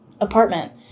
apartment